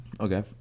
Okay